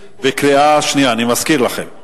בקריאה שנייה, אני מזכיר לכם.